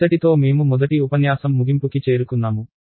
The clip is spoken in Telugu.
ఇంతటితో మేము ఉపన్యాసం 1 ముగింపుకి చేరుకున్నాము